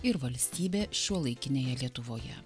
ir valstybė šiuolaikinėje lietuvoje